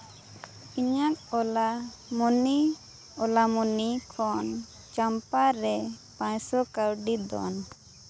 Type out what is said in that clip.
ᱤᱧᱟᱹᱜ ᱚᱞᱟ ᱢᱟᱱᱤ ᱚᱞᱟ ᱢᱟᱱᱤ ᱠᱷᱚᱱ ᱪᱟᱢᱯᱟ ᱨᱮ ᱯᱟᱸᱪᱥᱚ ᱠᱟᱹᱣᱰᱤ ᱫᱚᱱ